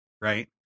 right